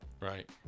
right